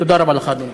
תודה רבה לך, אדוני.